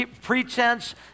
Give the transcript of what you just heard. pretense